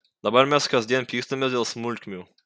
dabar mes kasdien pykstamės dėl smulkmių